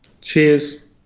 Cheers